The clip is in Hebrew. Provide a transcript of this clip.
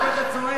למה אתה צועק?